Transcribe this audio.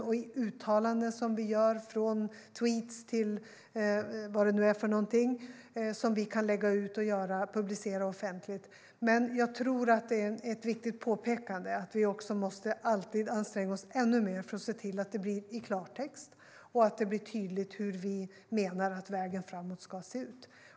Det gäller även uttalanden vi gör, från tweets till vad det nu är för någonting, som vi kan lägga ut och publicera offentligt. Men jag tror att det är ett viktigt påpekande att vi alltid måste anstränga oss ännu mer för att se till att det blir klart och tydligt hur vi menar att vägen framåt ska se ut.